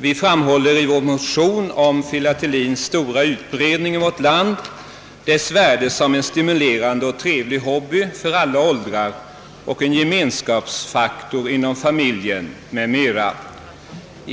Vi framhåller i vår motion filateliens stora utbredning i vårt land, dess värde som en trevlig och stimulerande hobby för alla åldrar och som gemenskapsfaktor inom familjen.